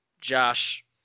Josh